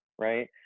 right